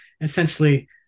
essentially